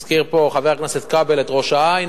הזכיר פה חבר הכנסת כבל את ראש-העין,